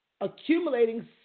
accumulating